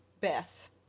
Beth